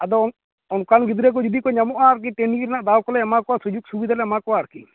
ᱟᱫᱚ ᱚᱱᱠᱟᱱ ᱜᱤᱫᱽᱨᱟᱹ ᱠᱚ ᱡᱩᱫᱤ ᱠᱚ ᱧᱟᱢᱚᱜᱼᱟ ᱟᱨ ᱠᱤ ᱴᱨᱮᱱᱤᱝ ᱨᱮᱱᱟᱜ ᱫᱟᱣᱠᱚᱞᱮ ᱮᱢᱟ ᱠᱚᱣᱟ ᱥᱩᱡᱚᱠ ᱥᱩᱵᱤᱫᱷᱟ ᱞᱮ ᱮᱢᱟ ᱠᱚᱣᱟ ᱟᱨᱠᱤ